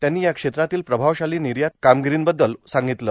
त्यांनी या क्षेत्रातील प्रभावशालो नियात कार्मागरोबद्दल सांगगतलं